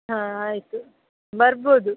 ಹಾಂ ಆಯಿತು ಬರ್ಬೋದು